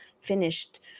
finished